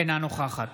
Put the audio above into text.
אינה נוכחת